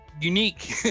unique